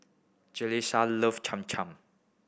Jalissa love Cham Cham